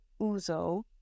Uzo